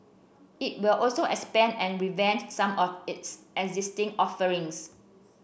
it will also expand and revamp some of its existing offerings